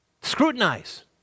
scrutinize